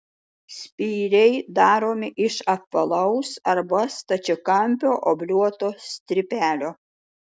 spyriai daromi iš apvalaus arba stačiakampio obliuoto strypelio